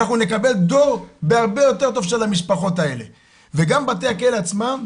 אנחנו נקבל דור הרבה יותר טוב של המשפחות האלה וגם בתי הכלא עצמם,